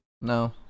No